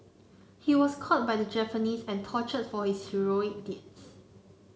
he was caught by the Japanese and tortured for his heroic deeds